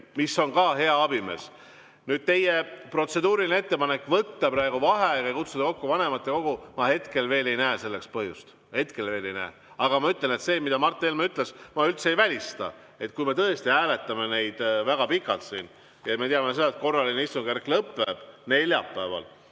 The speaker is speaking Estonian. See ongi hea abimees. Teie protseduuriline ettepanek võtta praegu vaheaeg ja kutsuda kokku vanematekogu – ma hetkel veel ei näe selleks põhjust. Hetkel veel ei näe. Aga ma ütlen, et seda, mida Mart Helme ütles, ma üldse ei välista. Kui me tõesti hääletame neid väga pikalt, ja me teame, et korraline istungjärk lõpeb neljapäeval,